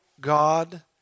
God